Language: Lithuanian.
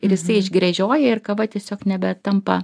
ir jisai išgręžioja ir kava tiesiog nebetampa